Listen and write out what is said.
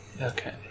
Okay